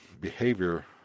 behavior